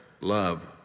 love